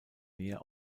mehr